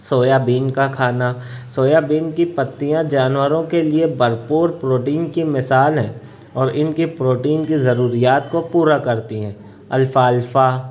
سویا بین کا کھانا سویا بین کی پتیاں جانوروں کے لیے بھرپور پروٹین کی مثال ہیں اور ان کی پروٹین کی ضروریات کو پورا کرتی ہیں الفالفا